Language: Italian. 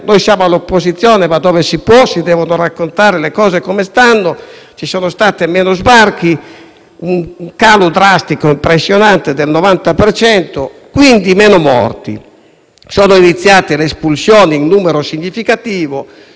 un calo drastico impressionante del 90 per cento - e, quindi, meno morti. Sono iniziate le espulsioni in numero significativo. Sono stati sgomberati dei campi che sono strutture di violenza e di sporcizia di ogni genere.